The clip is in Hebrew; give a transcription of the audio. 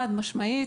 חד-משמעית.